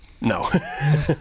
No